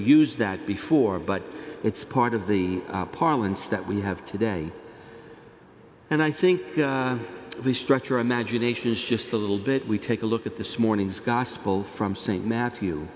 use that before but it's part of the parlance that we have today and i think the structure imagination is just a little bit we take a look at this morning's gospel from st matthew